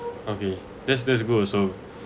okay that's that's good also